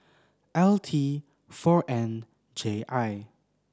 L T four N J I